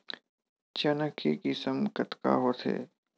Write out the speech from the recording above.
चना के किसम कतका होथे?